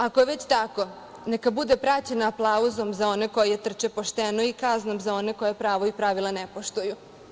Ako je već tako, neka bude praćena aplauzom za one koji je trče pošteno i kaznom za one koji pravo i pravila ne poštuju.